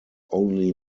only